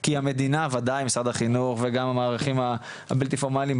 כי המדינה וודאי משרד החינוך וגם המערכים הבלתי פורמליים,